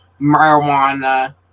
marijuana